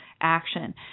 action